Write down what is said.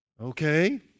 Okay